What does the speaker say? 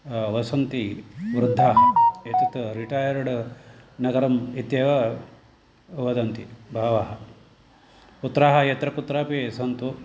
वसन्ति वृद्धाः एतत् रिटैर्ड् नगरम् इत्येव वदन्ति बहवः पुत्राः यत्र कुत्रापि सन्तु